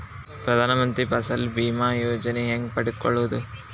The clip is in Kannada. ಪ್ರಧಾನ ಮಂತ್ರಿ ಫಸಲ್ ಭೇಮಾ ಯೋಜನೆ ಹೆಂಗೆ ಪಡೆದುಕೊಳ್ಳುವುದು?